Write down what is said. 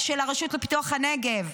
של הרשות לפיתוח הנגב,